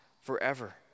forever